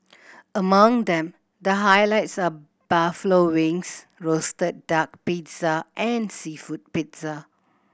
among them the highlights are buffalo wings roasted duck pizza and seafood pizza